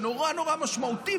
שנורא נורא משמעותי,